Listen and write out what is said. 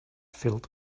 filled